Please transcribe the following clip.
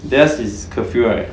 theirs is curfew right